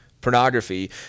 pornography